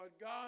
God